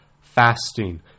fasting